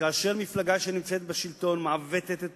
שכאשר מפלגה שנמצאת בשלטון מעוותת את